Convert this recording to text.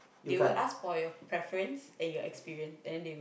they would ask for your preference and your experience then they would